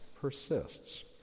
persists